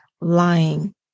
lying